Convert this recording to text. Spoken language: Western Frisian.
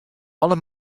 alle